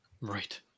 Right